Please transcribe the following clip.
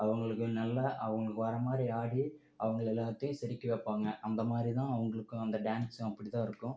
அவங்களுக்கு நல்லா அவங்களுக்கு வர்றமாதிரி ஆடி அவங்க எல்லாத்தையும் சிரிக்க வைப்பாங்க அந்தமாதிரிதான் அவங்களுக்கு அந்த டான்ஸ் அப்படி தான் இருக்கும்